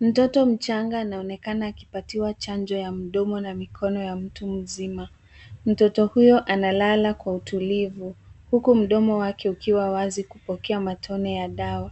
Mtoto mchanga anaonekana akipatiwa chanjo ya na mikono ya mtu mzima. mtoto huyo analala kwa utulivu huku mdomo wake ukiwa wazi kupokea matone ya dawa.